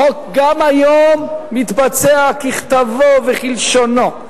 החוק גם היום מתבצע ככתבו וכלשונו.